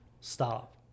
stop